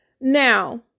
Now